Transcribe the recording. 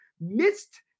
Missed